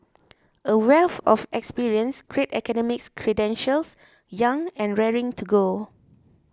a wealth of experience great academic credentials young and raring to go